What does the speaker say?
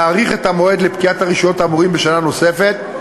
להאריך את המועד לפקיעת הרישיונות האמורים בשנה נוספת,